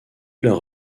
leur